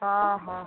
ହଁ ହଁ